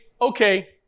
okay